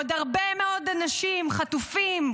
ועוד הרבה מאוד אנשים חטופים,